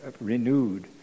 renewed